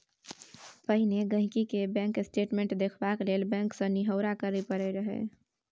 पहिने गांहिकी केँ बैंक स्टेटमेंट देखबाक लेल बैंक सँ निहौरा करय परय रहय